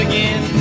Again